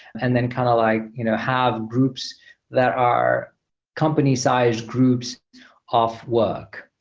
and then kind of like you know have groups that are company size groups of work.